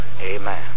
Amen